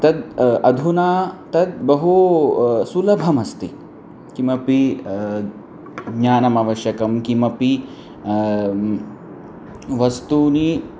तद् अधुना तद् बहु सुलभमस्ति किमपि ज्ञानम् आवश्यकं कानि अपि वस्तूनि